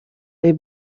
they